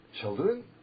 children